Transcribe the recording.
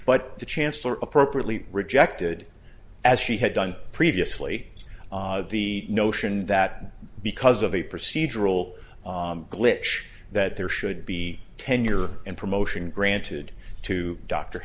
but the chancellor appropriately rejected as she had done previously the notion that because of a procedural glitch that there should be tenure and promotion granted to dr